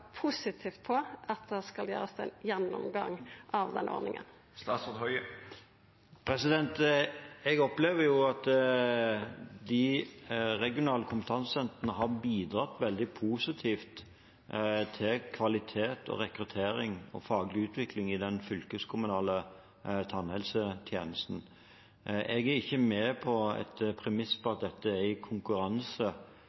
positivt på at det skal gjerast ein gjennomgang av denne ordninga? Jeg opplever at de regionale kompetansesentrene har bidratt veldig positivt til kvalitet, rekruttering og faglig utvikling i den fylkeskommunale tannhelsetjenesten. Jeg er ikke med på et premiss om at dette er i konkurranse med universitetene og deres tilbud. På